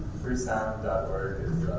freesound dot org is